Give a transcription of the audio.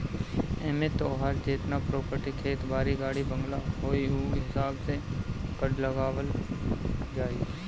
एमे तोहार जेतना प्रापर्टी खेत बारी, गाड़ी बंगला होई उ हिसाब से कर लगावल जाई